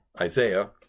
Isaiah